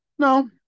No